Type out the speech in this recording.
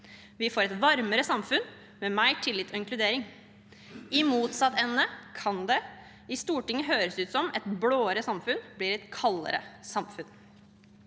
vi får et varmere samfunn med mer tillit og inkludering. I motsatt ende kan det i Stortinget høres ut som at et blåere samfunn blir et kaldere samfunn.